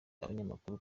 abanyamakuru